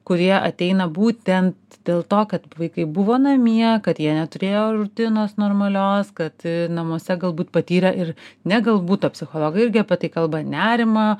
kurie ateina būtent dėl to kad vaikai buvo namie kad jie neturėjo rutinos normalios kad namuose galbūt patyrė ir ne galbūt o psichologai irgi apie tai kalba nerimą